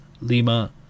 lima